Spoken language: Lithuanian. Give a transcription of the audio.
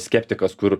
skeptikas kur